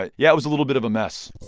but yeah, it was a little bit of a mess